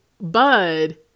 Bud